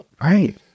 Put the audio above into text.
Right